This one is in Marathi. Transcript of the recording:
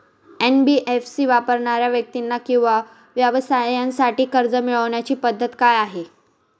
एन.बी.एफ.सी वापरणाऱ्या व्यक्ती किंवा व्यवसायांसाठी कर्ज मिळविण्याची पद्धत काय आहे?